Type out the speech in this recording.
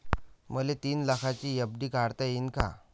मले तीन लाखाची एफ.डी काढता येईन का?